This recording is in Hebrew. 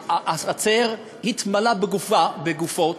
והחצר התמלאה בגופות.